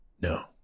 no